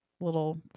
little